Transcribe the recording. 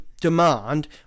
demand